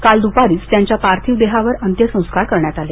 काल दुपारीच त्यांच्या पार्थिव देहावर अंत्यसंस्कार करण्यात आले